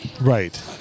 Right